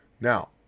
Now